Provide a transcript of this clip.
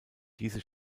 diese